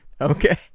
Okay